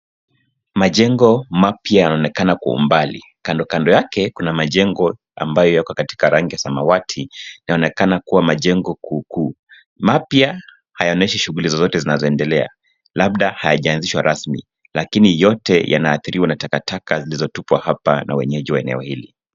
Majengo mapya yanaonekana kwa umbali. Kando kando yake kuna majengo ambayo yako katika rangi ya samawati. Inaonekana kua majengo kuukuu. Mapya hayaoneshi shughuli zozote zinazoendelea, labda hayajaanzishwa rasmi, laikini yote yanaathiriwa na takataka zilizotupwa hapa na wenyeji wa eneo hili.